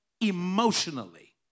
emotionally